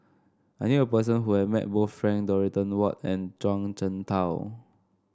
I knew a person who have met both Frank Dorrington Ward and Zhuang Shengtao